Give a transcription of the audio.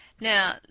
Now